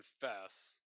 confess